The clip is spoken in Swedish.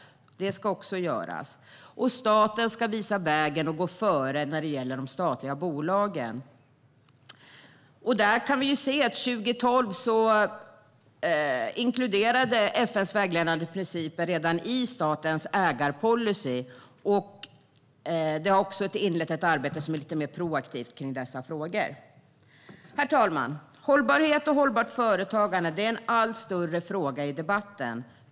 Det ska också göras. Staten ska visa vägen och gå före när det gäller de statliga bolagen. År 2012 inkluderades FN:s vägledande principer i statens ägarpolicy. Ett mer proaktivt arbete har inletts i dessa frågor. Herr talman! Hållbarhet och hållbart företagande är en allt större fråga i debatten.